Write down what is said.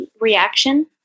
reaction